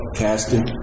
casting